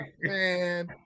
man